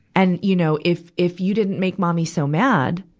and, you know, if, if you didn't make mommy so mad,